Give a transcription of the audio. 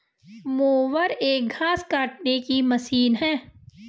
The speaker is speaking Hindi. मोवर एक घास काटने की मशीन है